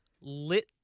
lit